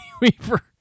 Weaver